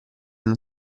non